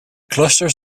clusters